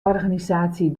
organisatie